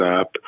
up